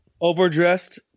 Overdressed